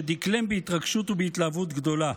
שדקלם בהתרגשות ובהתלהבות גדולה: